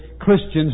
Christians